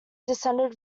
descended